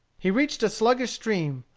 he reached a sluggish stream,